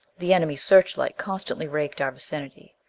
the enemy searchlight constantly raked our vicinity.